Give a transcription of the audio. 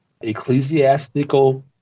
ecclesiastical